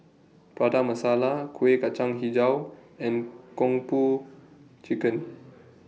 Prata Masala Kuih Kacang Hijau and Kung Po Chicken